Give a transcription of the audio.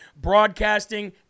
broadcasting